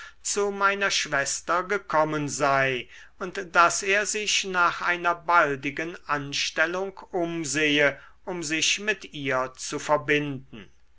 zu meiner schwester gekommen sei und daß er sich nach einer baldigen anstellung umsehe um sich mit ihr zu verbinden